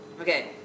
Okay